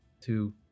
two